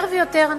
יותר ויותר אנשים,